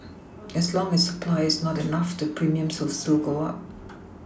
as long as supply is not enough the premiums will still go up